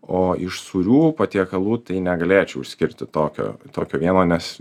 o iš sūrių patiekalų tai negalėčiau išskirti tokio tokio vieno nes